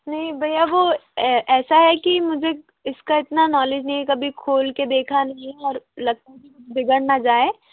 नहीं भैया वो ऐ ऐसा है कि मुझे इसका इतना नॉलेज नहीं है कभी खोल कर देखा नहीं है और लगता है कि कुछ बिगड़ ना जाए